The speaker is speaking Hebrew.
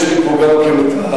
יש לי פה גם כן המחסנית,